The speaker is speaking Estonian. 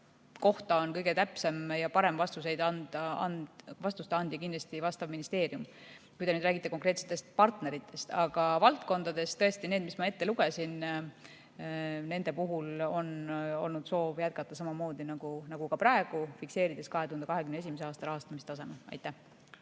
kohta on kõige täpsem ja parem vastuste andja kindlasti vastav ministeerium, kui te räägite konkreetsetest partneritest. Aga valdkondadest tõesti nende puhul, mis ma ette lugesin, on olnud soov jätkata samamoodi nagu ka praegu, fikseerides 2021. aasta rahastamistaseme. Henn